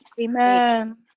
Amen